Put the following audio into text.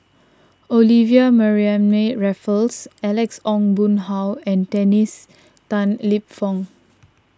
Olivia Mariamne Raffles Alex Ong Boon Hau and Dennis Tan Lip Fong